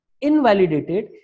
invalidated